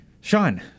sean